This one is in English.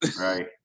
right